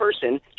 person